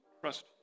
trust